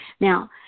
Now